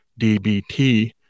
DBT